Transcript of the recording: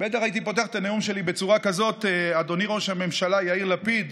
בטח הייתי פותח את הנאום שלי בצורה כזאת: אדוני ראש הממשלה יאיר לפיד